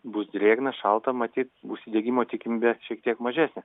bus drėgna šalta matyt užsidegimo tikimybė šiek tiek mažesnė